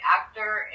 actor